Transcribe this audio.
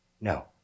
No